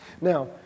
Now